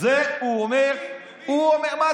את זה הוא אומר, למי, למי?